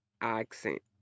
accent